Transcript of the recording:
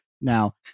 Now